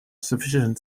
sufficient